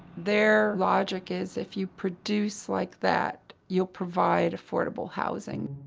their logic is if you produce like that, you'll provide affordable housing.